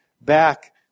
back